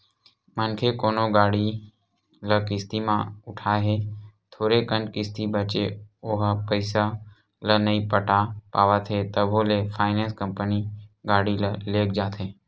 मनखे कोनो गाड़ी ल किस्ती म उठाय हे थोरे कन किस्ती बचें ओहा पइसा ल नइ पटा पावत हे तभो ले फायनेंस कंपनी गाड़ी ल लेग जाथे